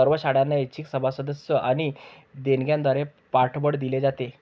सर्व शाळांना ऐच्छिक सभासदत्व आणि देणग्यांद्वारे पाठबळ दिले जाते